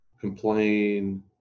complain